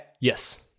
Yes